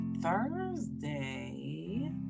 Thursday